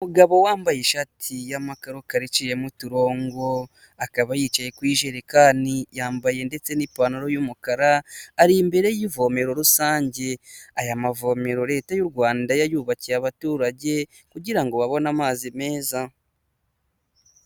Umugabo wambaye ishati y'amakarokaro iciyemo uturongo akaba yicaye ku ijerekani yambaye ndetse n'ipantaro y'umukara, ari imbere y'ivomero rusange, aya mavomero Leta y'u Rwanda yayubakiye abaturage kugira ngo babone amazi meza.